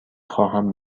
خواهم